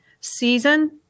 season